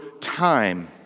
time